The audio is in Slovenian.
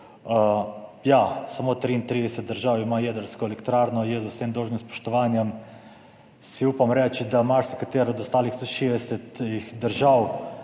ja, samo 33 držav ima jedrsko elektrarno, z vsem dolžnim spoštovanjem si upam reči, da marsikatera od ostalih 160 držav